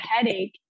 headache